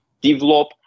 develop